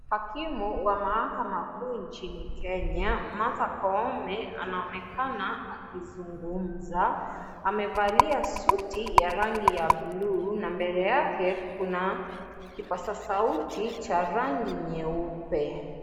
Akimu wa mahakama kuu, nchi Kenya, Martha Koome anaonekana akizungumza. Amevalia suti ya rangi ya buluu na mbele yake Kuna kipasa sauti cha rangi nyeupe.